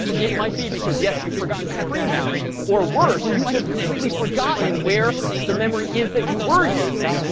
it might be because, yes, you've forgotten to free memory. or worse, you might have completely forgotten where the memory is that you were using.